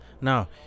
Now